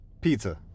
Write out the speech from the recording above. pizza